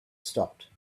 stopped